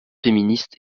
féministe